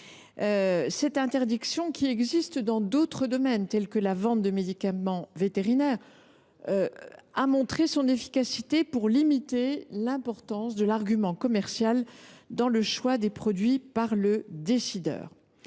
Cette interdiction, qui existe dans d’autres domaines tels que la vente de médicaments vétérinaires, a montré son efficacité pour limiter l’importance de l’argument commercial dans le choix des produits par le décideur.